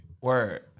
Word